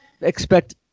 expect